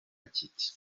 kiti